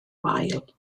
wael